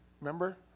remember